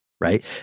right